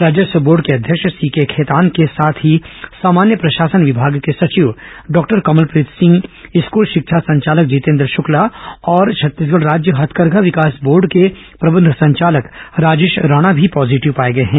राजस्व बोर्ड के अध्यक्ष सीके खेतान के साथ ही सामान्य प्रशासन विमाग के सचिव डॉक्टर कमलप्रीत सिंह स्कूल शिक्षा संचालक जितेन्द्र शुक्ला और छत्तीसगढ़ राज्य हथकरघा विकास बोर्ड के प्रबंध संचालक राजेश राणा भी पॉजीटिव पाए गए हैं